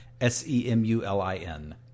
S-E-M-U-L-I-N